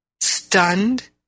stunned